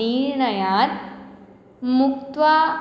निर्णयात् मुक्त्वा